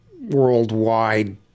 worldwide